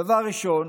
דבר ראשון,